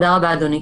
תודה רבה, אדוני.